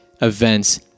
events